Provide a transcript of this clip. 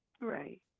Right